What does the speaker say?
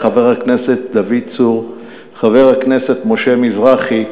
חבר הכנסת דוד צור וחבר הכנסת משה מזרחי,